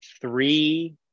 three